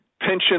pension